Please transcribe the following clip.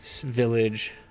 village